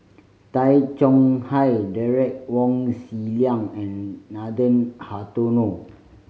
Tay Chong Hai Derek Wong Zi Liang and Nathan Hartono